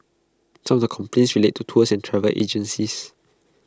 some of the complaints relate to tours and travel agencies